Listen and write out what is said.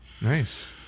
Nice